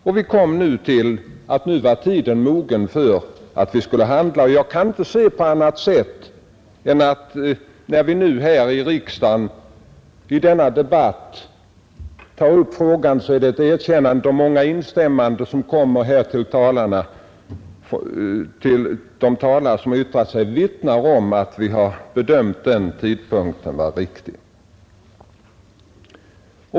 Vi har nu kommit till den slutsatsen att tiden var mogen för att vi skulle handla. Och jag kan inte se annat än att när frågan nu tas upp i denna debatt här i riksdagen, så vittnar instämmandena i de anföranden som hållits om att vi bedömt tidpunkten riktigt.